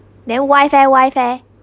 then wife eh wife eh